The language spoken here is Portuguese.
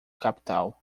capital